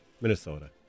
Minnesota